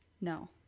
No